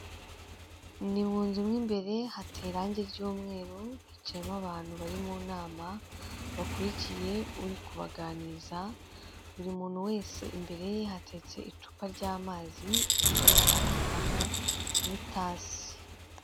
Ni mu nzu mo imbere hateye irangi ry'umweru, hicayemo abantu bari mu nama bakurikiye uri kubaganiriza, buri muntu wese imbere ye hateretse icupa ry'amazi, ikayi yo kwandikamo n'itasi.